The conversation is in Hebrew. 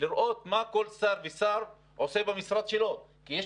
לראות מה כל שר ושר עושה במשרד שלו כי יש